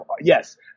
yes